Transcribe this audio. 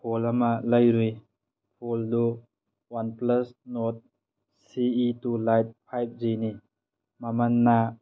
phone ꯑꯃ ꯂꯩꯔꯨꯏ ꯐꯣꯟꯗꯨ one plus Nord C E two lite five ꯖꯤꯅꯤ ꯃꯃꯟꯅ